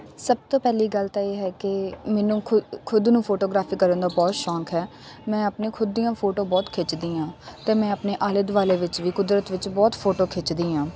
ਸਭ ਤੋਂ ਪਹਿਲੀ ਗੱਲ ਤਾਂ ਇਹ ਹੈ ਕਿ ਮੈਨੂੰ ਖੁ ਖੁਦ ਨੂੰ ਫੋਟੋਗ੍ਰਾਫੀ ਕਰਨ ਦਾ ਬਹੁਤ ਸ਼ੌਕ ਹੈ ਮੈਂ ਆਪਣੇ ਖੁਦ ਦੀਆਂ ਫੋਟੋ ਬਹੁਤ ਖਿੱਚਦੀ ਹਾਂ ਅਤੇ ਮੈਂ ਆਪਣੇ ਆਲੇ ਦੁਆਲੇ ਵਿੱਚ ਵੀ ਕੁਦਰਤ ਵਿੱਚ ਬਹੁਤ ਫੋਟੋ ਖਿੱਚਦੀ ਹਾਂ